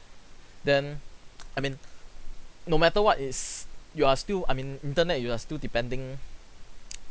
then I mean no matter what is you are still I mean internet you are still depending